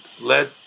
let